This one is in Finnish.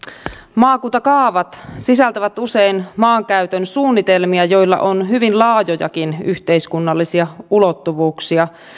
maakuntakaavat sisältävät usein maankäytön suunnitelmia joilla on hyvin laajojakin yhteiskunnallisia ulottuvuuksia